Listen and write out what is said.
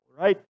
right